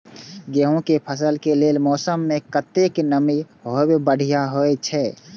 गेंहू के फसल के लेल मौसम में कतेक नमी हैब बढ़िया होए छै?